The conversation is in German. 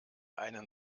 einen